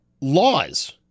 laws